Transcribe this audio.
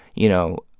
you know,